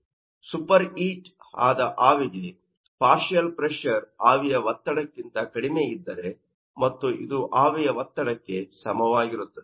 super heat ಆದ ಅವಿಗೆ partial pressure ಆವಿಯ ಒತ್ತಡಕ್ಕಿಂತ ಕಡಿಮೆ ಇದ್ದರೆ ಮತ್ತು ಇದು ಅವಿಯ ಒತ್ತಡಕ್ಕೆ ಸಮವಾಗಿರುತ್ತದೆ